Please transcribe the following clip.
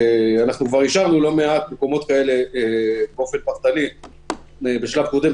אנחנו כבר אישרנו לא מעט מקומות כאלה באופן פרטני בשלב קודם,